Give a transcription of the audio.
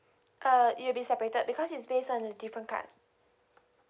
uh it'll be separated because it's based on a different card